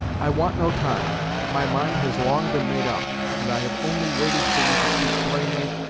i want no time my mind has long been made up, and i have only waited for you to speak plainly,